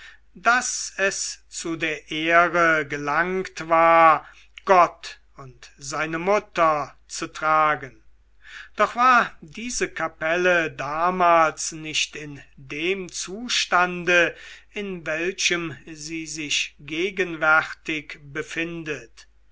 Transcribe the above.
daß es zur ehre gelangt war gott und seine mutter zu tragen doch war diese kapelle damals nicht in dem zustande in welchem sie sich gegenwärtig befindet